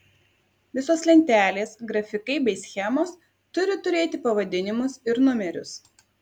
visos lentelės grafikai bei schemos turi turėti pavadinimus ir numerius